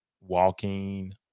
walking